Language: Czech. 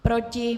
Proti?